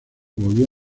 volvió